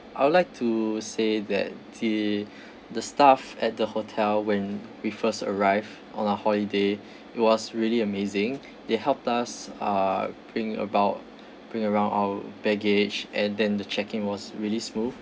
I would like to say that the the staff at the hotel when we first arrived on our holiday it was really amazing they helped us uh bring about bring around our baggage and then the check in was really smooth